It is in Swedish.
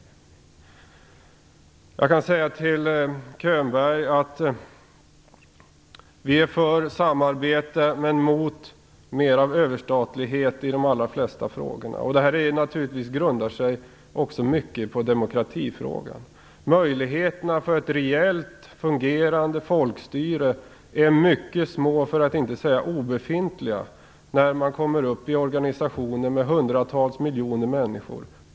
Till Bo Könberg kan jag säga att vi är för samarbete men mot mer av överstatlighet i de allra flesta frågorna. Det här grundar sig naturligtvis mycket på demokratifrågan. Möjligheterna för ett rejält, fungerande folkstyre är mycket små, för att inte säga obefintliga, när man kommer upp i organisationer med hundratals miljoner människor.